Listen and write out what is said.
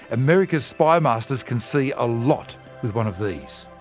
america's spy masters can see a lot with one of these.